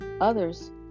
others